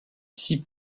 six